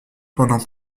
pendant